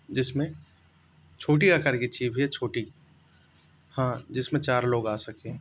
जिस में छोटे आकार की चाहिए भैया छोटी हाँ जिस में चार लोग आ सकें